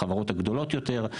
החברות הגדולות יותר.